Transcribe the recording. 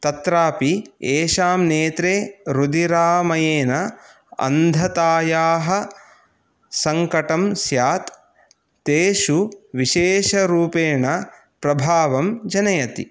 तत्रापि येषां नेत्रे रुधिरामयेन अन्धतायाः सङ्कटं स्यात् तेषु विशेषरूपेण प्रभावं जनयति